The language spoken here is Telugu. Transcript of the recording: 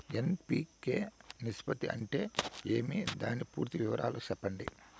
ఎన్.పి.కె నిష్పత్తి అంటే ఏమి దాని పూర్తి వివరాలు సెప్పండి?